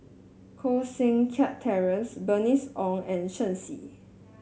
Koh Seng Kiat Terence Bernice Ong and Shen Xi